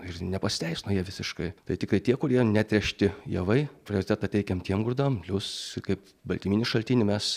ir nepasiteisino jie visiškai tai tikai tie kurie netręšti javai prioritetą teikiam tiem grūdam plius kaip baltyminį šaltinį mes